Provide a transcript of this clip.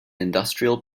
industrial